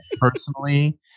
Personally